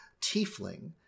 tiefling